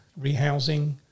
rehousing